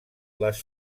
les